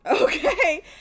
Okay